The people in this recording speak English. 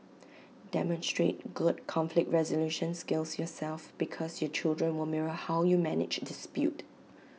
demonstrate good conflict resolution skills yourself because your children will mirror how you manage dispute